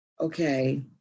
okay